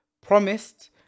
promised